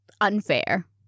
unfair